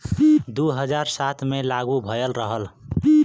दू हज़ार सात मे लागू भएल रहल